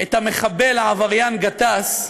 את המחבל העבריין גטאס,